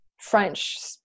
French